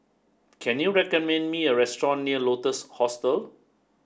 can you recommend me a restaurant near Lotus Hostel